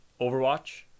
Overwatch